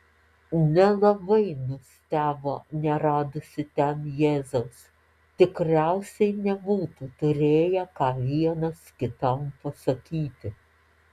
nelabai nustebo neradusi ten jėzaus tikriausiai nebūtų turėję ką vienas kitam pasakyti